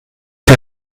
der